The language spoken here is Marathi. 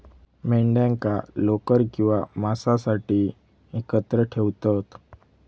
मेंढ्यांका लोकर किंवा मांसासाठी एकत्र ठेवतत